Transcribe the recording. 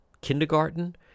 kindergarten